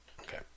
okay